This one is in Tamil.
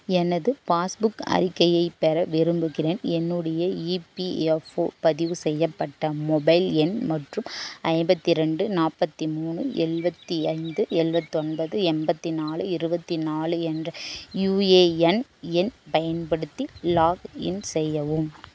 எனது பாஸ்புக் அறிக்கையைப் பெற விரும்புகிறேன் என்னுடைய இபிஎஃப்ஓ பதிவு செய்யப்பட்ட மொபைல் எண் மற்றும் ஐம்பத்து ரெண்டு நாப்பத்தி மூணு எழுபதி ஐந்து எழுபத்தொன்பது எண்பத்து நாலு இருபத்தி நாலு என்ற யுஏஎன் எண் பயன்படுத்தி லாகின் செய்யவும்